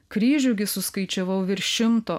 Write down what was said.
kryžių gi suskaičiavau virš šimto